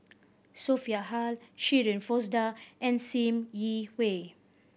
Sophia Hull Shirin Fozdar and Sim Yi Hui